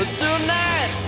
tonight